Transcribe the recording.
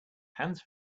hands